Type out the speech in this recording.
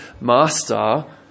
master